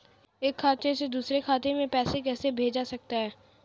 एक खाते से दूसरे खाते में पैसा कैसे भेजा जा सकता है?